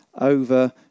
over